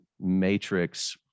matrix